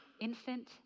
infant